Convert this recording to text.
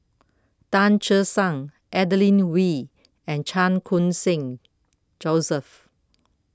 Tan Che Sang Adeline Ooi and Chan Khun Sing Joseph